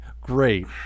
great